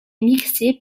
mixé